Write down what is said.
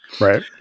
Right